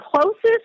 closest